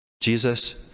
Jesus